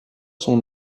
son